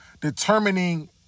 determining